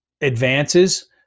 advances